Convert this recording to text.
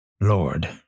Lord